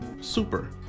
super